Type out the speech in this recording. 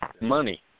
Money